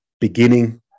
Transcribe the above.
beginning